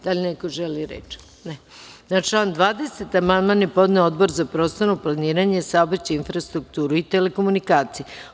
Da li neko želi reč? (Ne.) Na član 20. amandman je podneo Odbor za prostorno planiranje, saobraćaj, infrastrukturu i telekomunikacije.